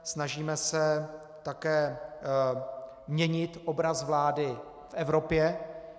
Snažíme se také měnit obraz vlády v Evropě.